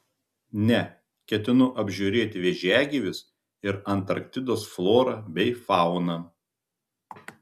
ne ketinu apžiūrėti vėžiagyvius ir antarktidos florą bei fauną